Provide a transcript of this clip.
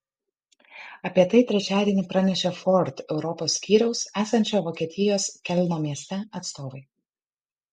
apie tai trečiadienį pranešė ford europos skyriaus esančio vokietijos kelno mieste atstovai